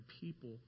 people